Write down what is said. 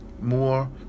more